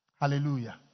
Hallelujah